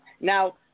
Now